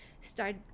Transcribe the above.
start